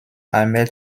ahmed